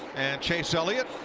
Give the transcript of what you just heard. chase elliott.